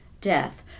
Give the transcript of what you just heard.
death